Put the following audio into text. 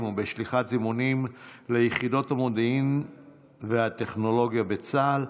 ובשליחת זימונים ליחידות המודיעין והטכנולוגיה בצה"ל,